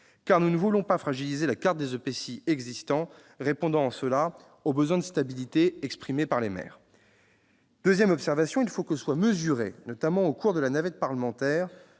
car nous ne voulons pas fragiliser la carte des EPCI existants, répondant en cela au besoin de stabilité exprimé par les maires. Ensuite, il faut que soit mesurées, au cours de la navette parlementaire,